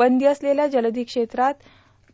बंदी असलेल्या जलधी क्षेत्रात पर्ससीन